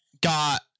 got